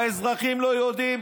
האזרחים לא יודעים,